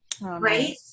Right